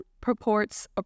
purports